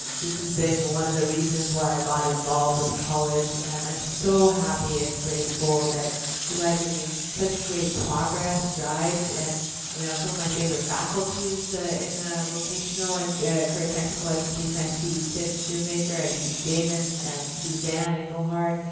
this has been one of the reasons why i got involved with the college and i'm so happy and grateful that you guys have made such great progress, strides. and you know some so of my favorite faculties in ah vocational and career technical education. i see tim shoemaker, i see damon and suzanne engelhardt,